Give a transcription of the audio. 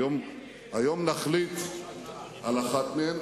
היום נחליט על אחת מהן.